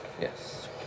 Yes